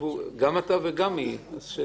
אישרנו נושא נוסף, נושא